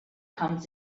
comes